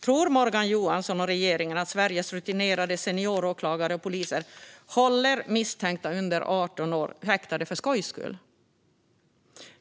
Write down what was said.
Tror Morgan Johansson och regeringen att Sveriges rutinerade senioråklagare och poliser håller misstänkta under 18 års ålder häktade för skojs skull?